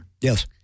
Yes